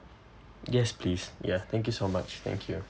yes please ya thank you so much thank you